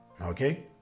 okay